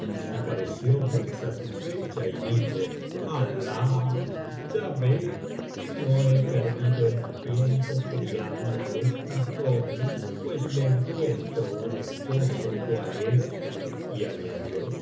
y pareció muy satisfecha y dijo alah ya veo que no lie perdido el tiempo criando á esta joven pues le encuentro un esposo cual éste y añadió